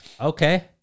okay